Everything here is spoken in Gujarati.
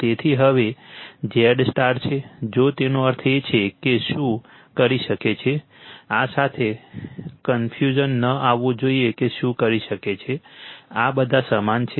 તેથી હવે Z સ્ટાર છે જો તેનો અર્થ એ છે કે શું કરી શકે છે આ સાથે કનફ્યુઝન ન આવવું જોઈએ કે શું કરી શકે છે આ બધા સમાન છે